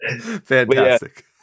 Fantastic